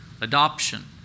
adoption